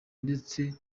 ndetse